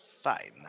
Fine